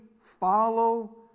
follow